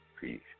Peace